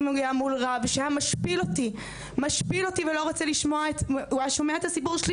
מגיעה מול רב שהיה משפיל אותי והיה שומע את הסיפור שלי